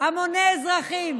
המוני אזרחים